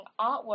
artwork